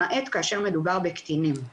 למעט כאשר מדובר בקטינים.